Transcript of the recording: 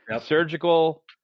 Surgical